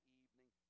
evening